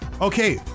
Okay